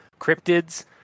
cryptids